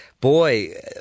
boy